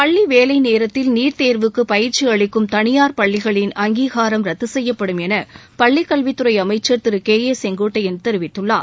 பள்ளி வேலைநேரத்தில் நீட்தேர்வுக்கு பயிற்சி அளிக்கும் தனியார் பள்ளிகளின் அங்கீகாரம் ரத்து செய்யப்படும் என பள்ளிக்கல்வித்துறை அமைச்சர் திரு கே ஏ செங்கோட்டையன் தெரிவித்துள்ளார்